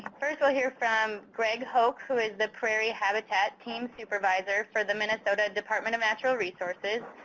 first we'll hear from greg hoch, who is the prairie habitat team supervisor for the minnesota department of natural resources.